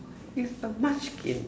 it's a munchkin